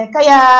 Kaya